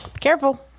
careful